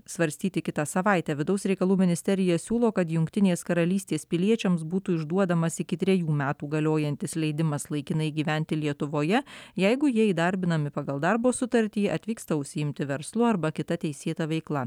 svarstyti kitą savaitę vidaus reikalų ministerija siūlo kad jungtinės karalystės piliečiams būtų išduodamas iki trejų metų galiojantis leidimas laikinai gyventi lietuvoje jeigu jie įdarbinami pagal darbo sutartį atvyksta užsiimti verslu arba kita teisėta veikla